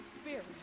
spirit